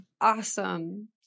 Awesome